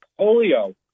polio